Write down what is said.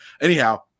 Anyhow